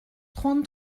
trente